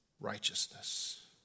righteousness